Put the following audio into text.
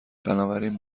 بنابراین